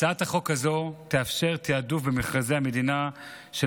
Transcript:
הצעת החוק הזו תאפשר תיעדוף במכרזי המדינה של